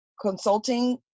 consulting